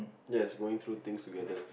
that's going through things together